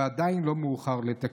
ועדיין לא מאוחר לתקן.